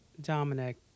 Dominic